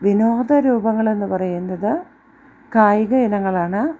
വിനോദരൂപങ്ങളെന്നു പറയുന്നത് കായിക ഇനങ്ങളാണ്